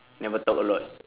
never talk a lot